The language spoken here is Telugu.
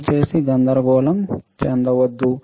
తప్పుచేసి గందరగోళం చెందవద్దు